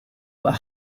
were